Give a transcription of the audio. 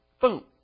Boom